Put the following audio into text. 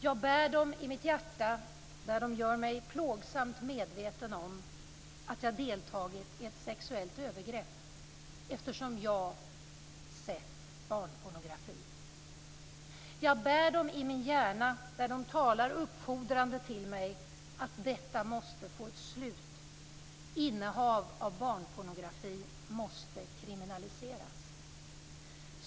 Jag bär dem i mitt hjärta där de gör mig plågsamt medveten om att jag deltagit i ett sexuellt övergrepp, eftersom jag sett barnpornografi. Jag bär dem i mitt hjärna där de talar uppfordrande till mig att detta måste få ett slut. Innehav av barnpornografi måste kriminaliseras."